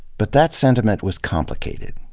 but that sentiment was complicated.